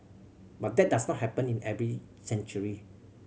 but that does not happen in every century